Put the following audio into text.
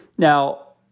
now.